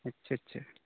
अच्छा अच्छा